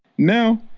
now,